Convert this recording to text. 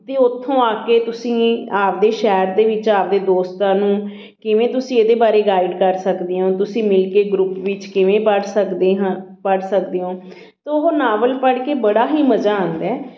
ਅਤੇ ਉੱਥੋਂ ਆ ਕੇ ਤੁਸੀਂ ਆਪਦੇ ਸ਼ਹਿਰ ਦੇ ਵਿੱਚ ਆਪਦੇ ਦੋਸਤ ਨੂੰ ਕਿਵੇਂ ਤੁਸੀਂ ਇਹਦੇ ਬਾਰੇ ਗਾਈਡ ਕਰ ਸਕਦੇ ਹੋ ਤੁਸੀਂ ਮਿਲ ਕੇ ਗਰੁੱਪ ਵਿੱਚ ਕਿਵੇਂ ਪੜ੍ਹ ਸਕਦੇ ਹਾਂ ਪੜ੍ਹ ਸਕਦੇ ਹੋ ਅਤੇ ਉਹ ਨਾਵਲ ਪੜ੍ਹ ਕੇ ਬੜਾ ਹੀ ਮਜ਼ਾ ਆਉਂਦਾ